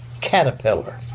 caterpillar